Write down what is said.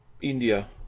India